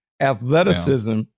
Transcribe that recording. Athleticism